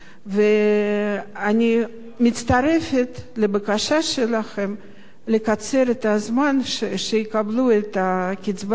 ואני מצטרפת לבקשה שלכם לקצר את הזמן עד שיקבלו את הקצבה המלאה.